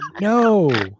No